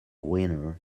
winner